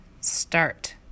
Start